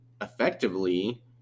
effectively